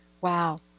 Wow